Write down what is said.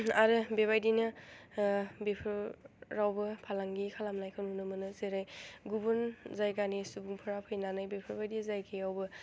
आरो बेबायदिनो बेफोरावबो फालांगि खालामनायखौ नुनो मोनो जेरै गुबुन जायगानि सुबुंफोरा फैनानै बेफोरबायदि जायगायावबो